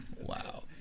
Wow